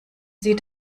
sie